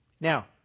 Now